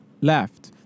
left